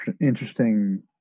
interesting